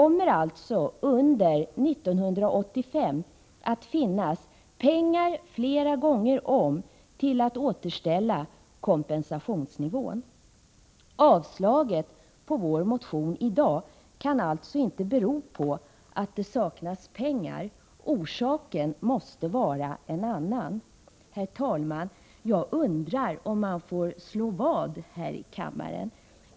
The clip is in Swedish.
Under 1985 kommer det alltså att finnas pengar flera gånger om för att återställa kompensationsnivån. Avslaget på vår motion i dag kan alltså inte bero på att det saknas pengar. Orsaken måste vara en annan. Herr talman! Jag undrar om man får slå vad här i kammaren.